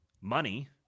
money